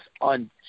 on